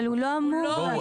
אבל הוא לא אמור לעצור.